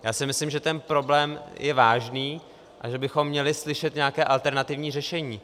Já si myslím, že ten problém je vážný a že bychom měli slyšet nějaké alternativní řešení.